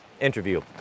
interview